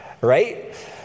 right